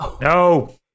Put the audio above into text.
No